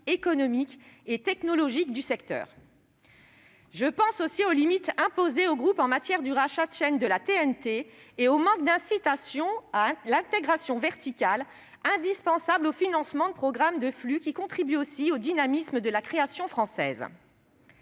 économiques et technologiques du secteur. Je pense aussi aux limites imposées aux groupes en matière de rachat des chaînes de la TNT et au manque d'incitations à l'intégration verticale indispensable au financement de programmes de flux, qui contribuent également au dynamisme de la création française.